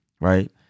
right